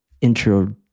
intro